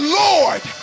lord